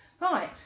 Right